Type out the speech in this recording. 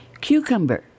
Cucumber